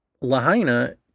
Lahaina